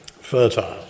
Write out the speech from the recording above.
fertile